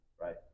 right